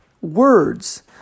words